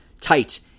tight